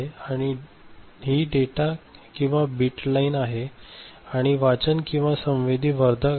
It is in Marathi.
आणि ही डेटा किंवा बिट लाइन आहे आणि हे वाचन किंवा संवेदी वर्धक आहे